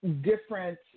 different –